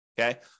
Okay